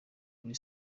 kuri